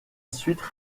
suite